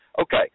Okay